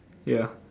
ya